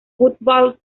football